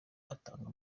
atanga